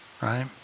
right